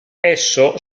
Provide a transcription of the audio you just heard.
esso